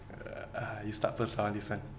uh you start first lah this one